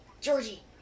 Georgie